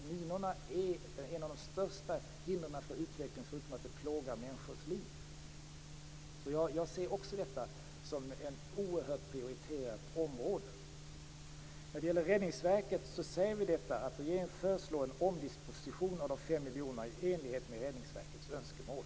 Minorna är ett av de största hindren för utveckling, förutom att de är en plåga i människors liv, så jag ser också detta som ett oerhört prioriterat område. När det gäller Räddningsverket säger vi att regeringen föreslår en omdisposition av de 5 miljonerna i enlighet med Räddningsverkets önskemål.